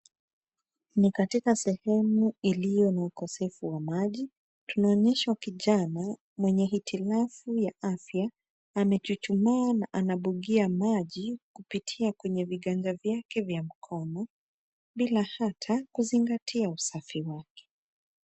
Ni katika sehemu iliyona ukosefu wa maji. Tunaonyeshwa kijana mwenye hitilafu ya afya amechuchumaa na anabugia maji kupitia kwenye viganja vyake vya mkono bila ata kuzingatia usafi wake.